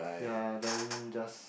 ya then just